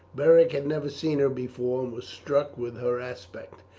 beric had never seen her before, and was struck with her aspect.